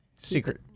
Secret